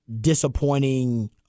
disappointing